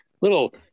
little